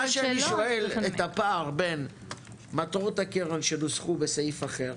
מה שאני שואל: את הפער בין מטרות הקרן שנוסחו בסעיף אחר,